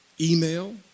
email